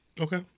Okay